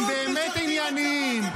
הם באמת ענייניים.